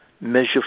Measure